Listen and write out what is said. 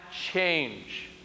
change